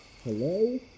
Hello